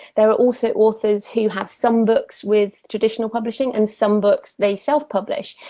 there are also authors who have some books with traditional publishing and some books they self-publish.